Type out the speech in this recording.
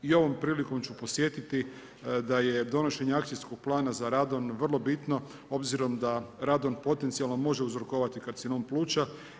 I ovom prilikom ću podsjetiti da je donošenje akcijskog plana za radon vrlo bitno obzirom da radon potencijalno može uzrokovati karcinom pluća.